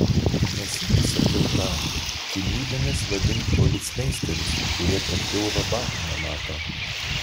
ne sykį sakiau tau kilnybėmis vadink policmeisterius kurie per pilvą batų nemato